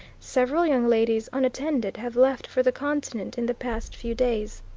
several young ladies unattended have left for the continent in the past few days.